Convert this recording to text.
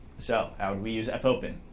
so, how would we use fopen?